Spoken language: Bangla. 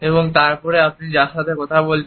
এবং তারপরে আপনি যার সাথে কথা বলছেন